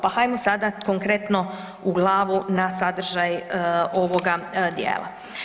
Pa hajmo sada konkretno u glavu na sadržaj ovoga dijela.